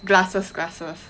glasses glasses